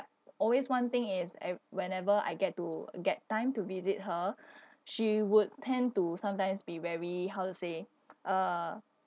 always one thing is ab~ whenever I get to get time to visit her she would tend to sometimes be very how to say uh